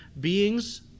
beings